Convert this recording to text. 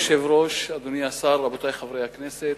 אדוני היושב-ראש, אדוני השר, רבותי חברי הכנסת,